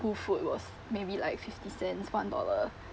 school food was maybe like fifty cents one dollar